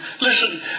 listen